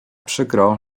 przykro